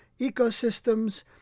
ecosystems